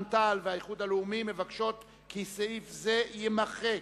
האיחוד הלאומי ומרצ.